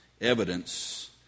evidence